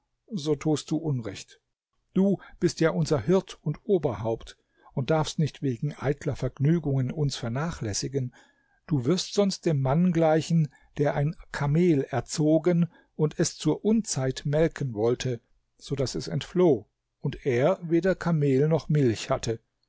so tust du unrecht du bist ja unser hirt und oberhaupt und darfst nicht wegen eitler vergnügungen uns vernachlässigen du wirst sonst dem mann gleichen der ein kamel erzogen und es zur unzeit melken wollte so daß es entfloh und er weder kamel noch milch hatte